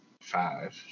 five